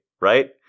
right